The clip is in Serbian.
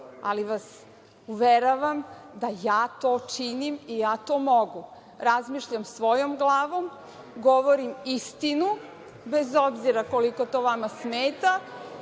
ali vas uveravam da ja to činim i ja to mogu. Razmišljam svojom glavom, govorim istinu, bez obzira koliko to vama smeta,